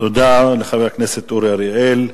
תודה לחבר הכנסת אורי אריאל.